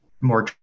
more